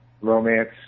romance